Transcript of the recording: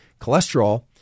cholesterol